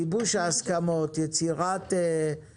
גיבוש ההסכמות, יצירת שותפות בין התושבים.